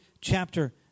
chapter